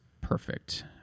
perfect